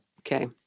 Okay